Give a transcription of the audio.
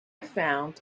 found